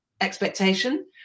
expectation